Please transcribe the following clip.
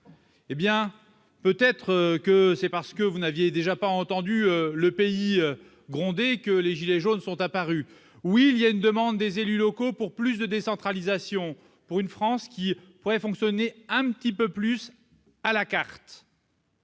Eh bien, peut-être est-ce parce que vous n'aviez pas entendu le pays gronder que les « gilets jaunes » sont apparus ! Oui, il y a une demande des élus locaux pour plus de décentralisation, pour une France qui pourrait fonctionner un peu plus à la carte